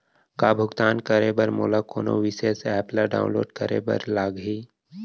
का भुगतान करे बर मोला कोनो विशेष एप ला डाऊनलोड करे बर लागही